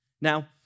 Now